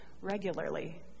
regularly